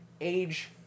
Age